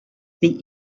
this